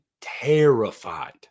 terrified